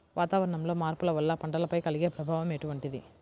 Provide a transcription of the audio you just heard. వాతావరణంలో మార్పుల వల్ల పంటలపై కలిగే ప్రభావం ఎటువంటిది?